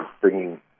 bringing